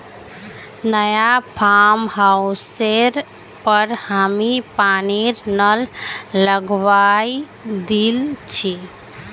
नया फार्म हाउसेर पर हामी पानीर नल लगवइ दिल छि